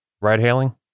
Ride-hailing